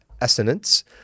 assonance